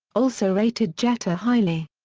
also rated jeter highly.